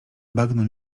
bagno